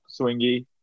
swingy